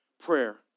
Prayer